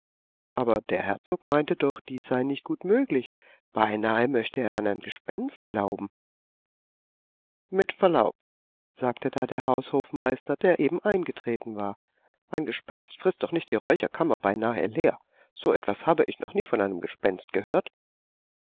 aber der herzog meinte doch dies sei nicht gut möglich beinahe möchte er an ein gespenst glauben mit verlaub sagte da der haushofmeister der eben eingetreten war ein gespenst frißt doch nicht die räucherkammer beinahe leer so etwas habe ich noch nie von einem gespenst gehört